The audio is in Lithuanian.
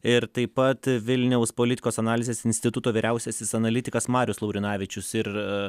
ir taip pat vilniaus politikos analizės instituto vyriausiasis analitikas marius laurinavičius ir